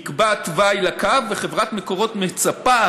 נקבע תוואי לקו וחברת מקורות מצפה,